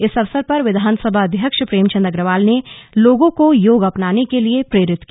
इस अवसर पर विधानसभा अध्यक्ष प्रेमचन्द अग्रवाल ने लोगों को योग अपनाने के लिए प्रेरित किया